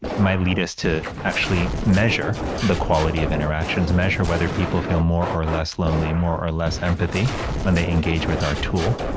lead us to actually measure the quality of interactions, measure whether people feel more or less lonely, more or less empathy when they engage with our tool.